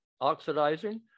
Oxidizing